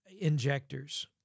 injectors